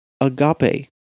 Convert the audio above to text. Agape